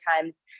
times